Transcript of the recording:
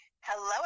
Hello